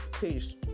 Peace